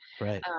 Right